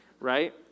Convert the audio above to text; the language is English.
right